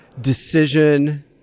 Decision